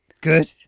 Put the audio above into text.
Good